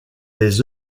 des